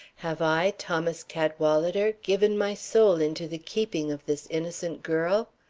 have i, thomas cadwalader, given my soul into the keeping of this innocent girl?